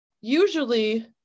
Usually